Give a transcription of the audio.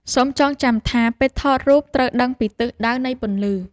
សូមចងចាំថា ពេលថតរូបត្រូវដឹងពីទិសដៅនៃពន្លឺ។